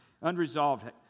unresolved